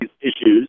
issues